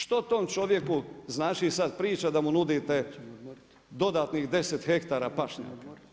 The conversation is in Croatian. Što tom čovjeku znači sad priča da mu nudite dodatnih 10 hektara pašnjaka?